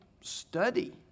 study